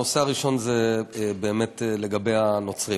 הנושא הראשון הוא באמת לגבי הנוצרים.